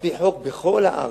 על-פי חוק בכל הארץ,